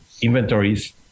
inventories